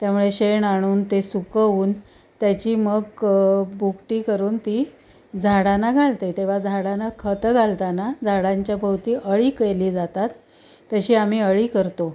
त्यामुळे शेण आणून ते सुकवून त्याची मग भुकटी करून ती झाडांना घालते तेव्हा झाडांना खतं घालताना झाडांच्या भोवती अळी केली जातात तशी आम्ही अळी करतो